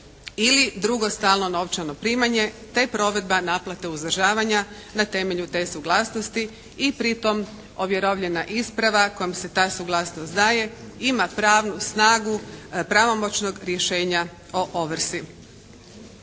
ili drugo stalno novčano primanje te provedba naplate uzdržavanja na temelju te suglasnosti i pritom ovjerovljena isprava kojom se ta suglasnost daje ima pravnu snagu pravomoćnog rješenja o ovrsi.